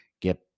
get